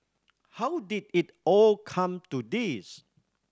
how did it all come to this